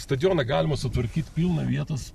stadioną galima sutvarkyt pilna vietos